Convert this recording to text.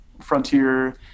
Frontier